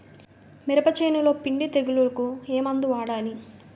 మినప చేనులో పిండి తెగులుకు ఏమందు వాడాలి?